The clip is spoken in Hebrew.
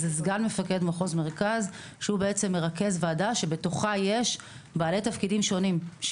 הוא מרכז ועדה שבתוכה יש בעלי תפקידים שונים,